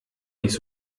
nicht